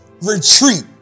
retreat